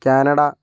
Canada